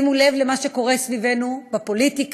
שימו לב למה שקורה סביבנו בפוליטיקה,